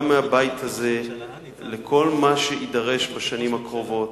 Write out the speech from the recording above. מהבית הזה לכל מה שיידרש בשנים הקרובות,